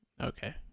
Okay